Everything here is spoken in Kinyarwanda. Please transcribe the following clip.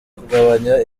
kugabanya